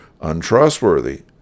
untrustworthy